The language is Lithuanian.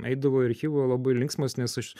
eidavau į archyvą labai linksmas nes aš